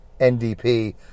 ndp